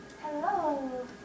Hello